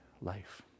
life